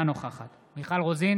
אינה נוכחת מוסי רז,